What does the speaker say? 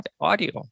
audio